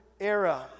era